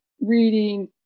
reading